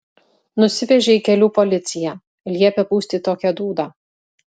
nusivežė į kelių policiją liepė pūsti tokią dūdą